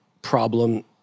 problem